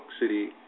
City